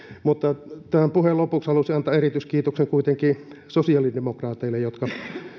mutta tämän puheen lopuksi haluaisin antaa erityiskiitoksen kuitenkin sosiaalidemokraateille jotka